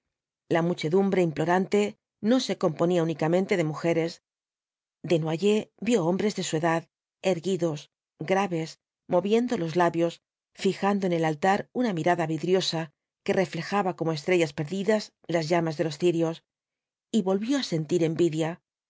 la muchedumbre implorante no se componía únicamente de mujeres desnoyers vio hombres de su edad erguidos graves moviendo los labios fijando en el altar una mirada vidriosa que reñejaba como estrellas perdidas las llamas de los cirios y volvió á sentir envidia